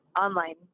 online